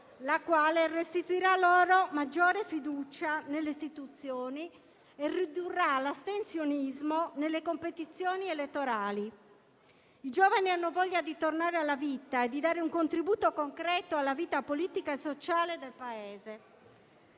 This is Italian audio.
la quale restituirà loro maggiore fiducia nelle Istituzioni e ridurrà l'astensionismo nelle competizioni elettorali. I giovani hanno voglia di tornare alla vita e di dare un contributo concreto alla vita politica e sociale del Paese.